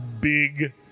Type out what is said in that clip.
big